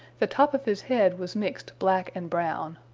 the top of his head was mixed black and brown.